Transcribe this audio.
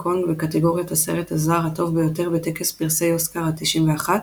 קונג בקטגוריית הסרט הזר הטוב ביותר בטקס פרסי אוסקר ה-91,